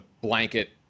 blanket